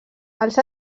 els